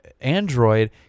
Android